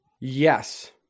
Yes